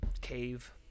cave